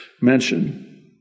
mention